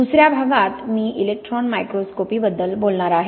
दुसऱ्या भागात मी इलेक्ट्रॉन मायक्रोस्कोपी बद्दल बोलणार आहे